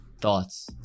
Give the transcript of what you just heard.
thoughts